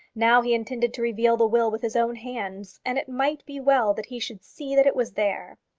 now he intended to reveal the will with his own hands, and it might be well that he should see that it was there.